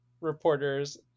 reporters